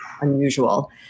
unusual